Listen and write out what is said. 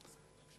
".